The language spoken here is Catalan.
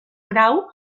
grau